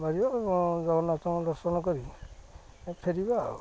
ବାହାରିବା ଏବଂ ଜଗନ୍ନାଥଙ୍କୁ ଦର୍ଶନ କରି ଫେରିବା ଆଉ